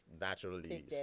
naturally